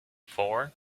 four